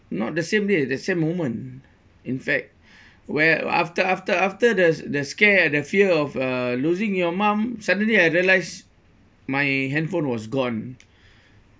not the same day the same moment in fact where after after after the the scare the fear of uh losing your mum suddenly I realise my handphone was gone